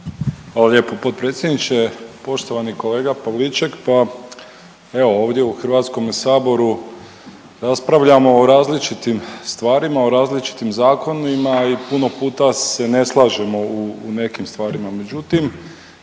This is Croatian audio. Hvala lijepo potpredsjedniče, poštovani kolega Pavliček. Pa ovdje u HS-u raspravljamo o različitim stvarima, o različitim zakonima i puno puta se ne slažemo u nekim stvarima, međutim,